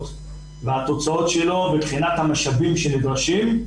והתוצאות שלו ובחינת המשאבים שנדרשים,